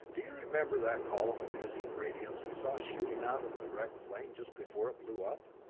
do you remember that column of hissing radiance we saw shooting out of the wrecked plane just before it blew up?